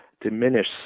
diminish